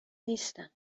نیستم